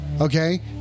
Okay